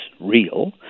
real